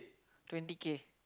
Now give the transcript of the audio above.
twenty K